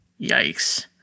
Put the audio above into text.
Yikes